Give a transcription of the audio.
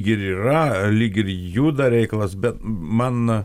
ir yra lyg ir juda reikalas bet man